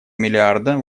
миллиарда